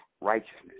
righteousness